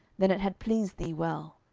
then it had pleased thee well.